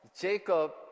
Jacob